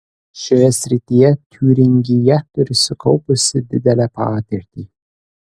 šioje srityje tiūringija turi sukaupusi didelę patirtį